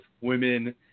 women